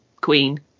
queen